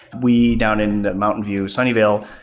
we, down in mountain view sunnyvale,